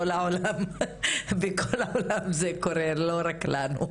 בכל העולם זה קורה לא רק לנו.